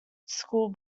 school